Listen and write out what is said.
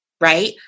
right